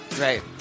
Right